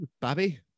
bobby